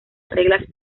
reglas